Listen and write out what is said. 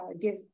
give